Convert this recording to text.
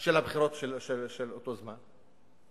של הבחירות של אותו זמן,